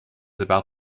about